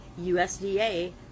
usda